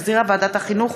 שהחזירה ועדת החינוך,